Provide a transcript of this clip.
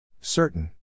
Certain